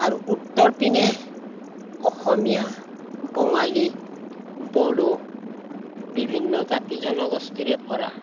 আৰু উত্তৰ পিনে অসমীয়া বঙালী বড়ো বিভিন্ন জাতি জনগোষ্ঠীৰে ভৰা